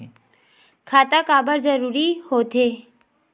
खाता काबर जरूरी हो थे?